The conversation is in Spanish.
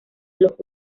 los